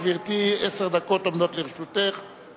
גברתי, עומדות לרשותך עשר דקות.